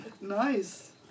Nice